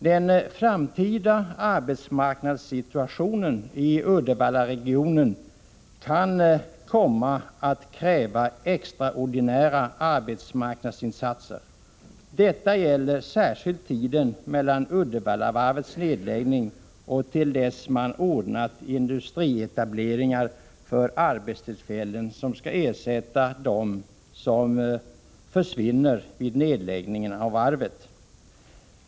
Den framtida arbetsmarknadssituationen i Uddevallaregionen kan komma att kräva extraordinära arbetsmarknadsinsatser. Detta gäller särskilt tiden från Uddevallavarvets nedläggning till dess att man ordnat industrietableringar med arbetstillfällen som kan ersätta dem som försvinner vid nedläggningen av varvet.